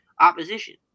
opposition